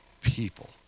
people